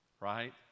right